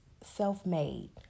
self-made